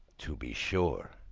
to be sure!